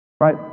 Right